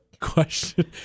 Question